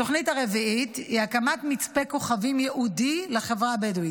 התוכנית הרביעית היא הקמת מצפה כוכבים ייעודי לחברה הבדואית.